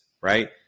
right